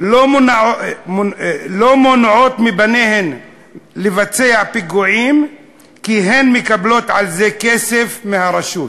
לא מונעות מבניהן לבצע פיגועים כי הן מקבלות על זה כסף מהרשות.